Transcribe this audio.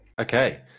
Okay